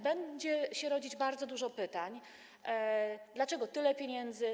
Będzie się rodzić bardzo dużo pytań: Dlaczego tyle pieniędzy?